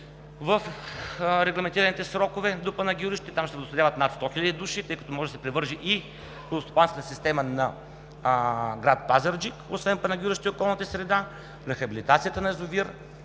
в регламентираните срокове до Панагюрище, там ще се водоснабдяват над 100 хиляди души, тъй като може да се превърже и водостопанската система на град Пазарджик, освен Панагюрище и околната ѝ среда. Рехабилитацията на язовир